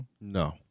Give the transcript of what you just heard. No